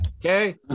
Okay